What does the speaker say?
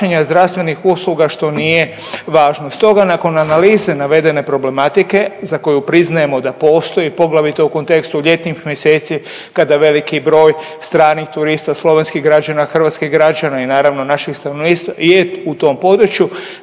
plaćanja zdravstvenih usluga što nije važno. Stoga nakon analize navedene problematike za koju priznajemo da postoji poglavito u kontekstu ljetnih mjeseci kada veliki broj stranih turista slovenskih građana, hrvatskih građana i naravno našeg stanovništva je u tom području